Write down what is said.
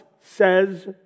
says